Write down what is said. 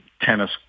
Tennis